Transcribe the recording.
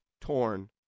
torn